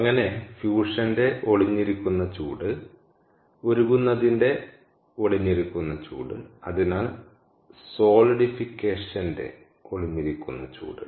അങ്ങനെ ഫ്യൂഷന്റെ ഒളിഞ്ഞിരിക്കുന്ന ചൂട് ഉരുകുന്നതിന്റെ ഒളിഞ്ഞിരിക്കുന്ന ചൂട് അതിനാൽ സോളിഡിഫിക്കേഷന്റെ ഒളിഞ്ഞിരിക്കുന്ന ചൂട്